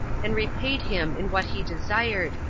and repaid him in what he desired,